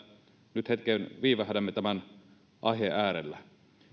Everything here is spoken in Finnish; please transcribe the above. nyt hetken viivähdämme tämän aiheen äärellä